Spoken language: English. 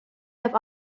have